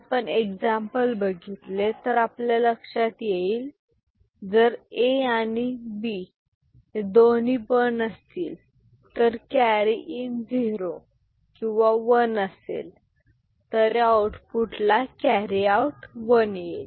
आपण एक्झाम्पल बघितले तर आपल्या लक्षात येईल जर A आणि B दोन्ही वन असतील तर केरी इन झिरो किंवा वन असेल तरी आउटपुटला कॅरी आउट वन येईल